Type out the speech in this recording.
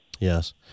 Yes